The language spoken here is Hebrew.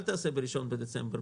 אל תעשה ב-1 בדצמבר,